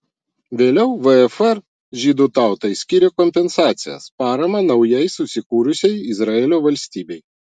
vėliau vfr žydų tautai skyrė kompensacijas paramą naujai susikūrusiai izraelio valstybei